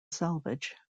salvage